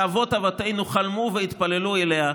שאבות אבותינו חלמו והתפללו עליה,